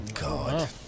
God